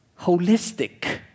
Holistic